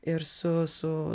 ir su su